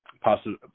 possible